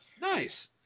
nice